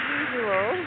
usual